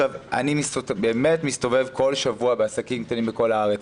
אני באמת מסתובב כל שבוע בעסקים קטנים בכל הארץ.